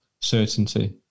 certainty